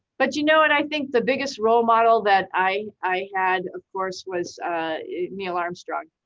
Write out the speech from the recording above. but you know, and i think the biggest role model that i i had of course was neil armstrong.